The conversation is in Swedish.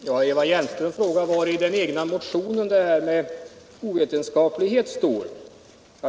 Herr talman! Eva Hjelmström frågar var i den egna motionen detta med ovcetenskaplighet står.